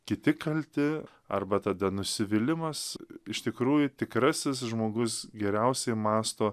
kiti kalti arba tada nusivylimas iš tikrųjų tikrasis žmogus geriausiai mąsto